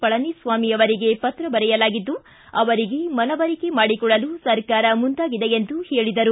ಪಳನಿಸ್ವಾಮಿ ಅವರಿಗೆ ಪತ್ರ ಬರೆಯಲಾಗಿದ್ದು ಅವರಿಗೆ ಮನವರಿಕೆ ಮಾಡಿಕೊಡಲು ಸರ್ಕಾರ ಮುಂದಾಗಿದೆ ಎಂದು ಹೇಳಿದರು